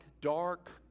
dark